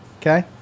Okay